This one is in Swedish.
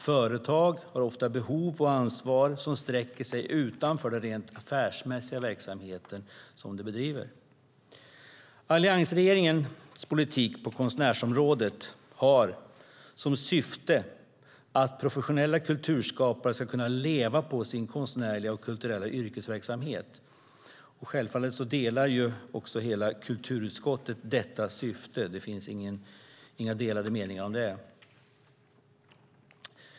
Företag har ofta behov och ansvar som sträcker sig utanför den rent affärsmässiga verksamhet som de bedriver. Alliansregeringens politik på konstnärsområdet har som syfte att professionella kulturskapare ska kunna leva på sin konstnärliga och kulturella yrkesverksamhet. Självfallet delar kulturutskottet detta syfte. Det finns inga delade meningar om det.